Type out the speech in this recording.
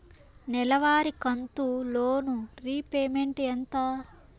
నెలవారి కంతు loan repayment ఎంత?